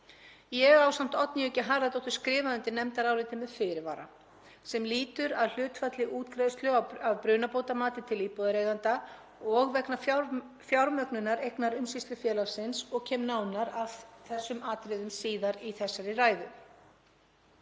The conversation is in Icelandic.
Ég ásamt Oddnýju G. Harðardóttur skrifa undir nefndarálitið með fyrirvara sem lýtur að hlutfalli útgreiðslu af brunabótamati til íbúðareigenda og vegna fjármögnunar eignaumsýslufélagsins. Ég kem nánar að þessum atriðum síðar í þessari ræðu.